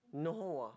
no